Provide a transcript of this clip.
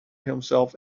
himself